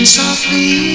softly